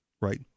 right